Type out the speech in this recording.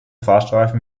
fahrstreifen